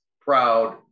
proud